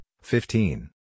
fifteen